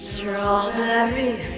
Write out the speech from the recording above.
Strawberry